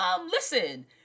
listen